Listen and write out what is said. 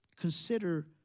Consider